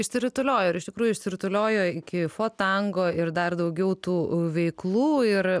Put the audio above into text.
išsirutulioja ir iš tikrųjų išsirutuliojo iki for tango ir dar daugiau tų veiklų ir